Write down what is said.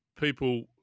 people